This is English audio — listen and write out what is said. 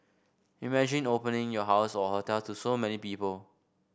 imagine opening your house or hotel to so many people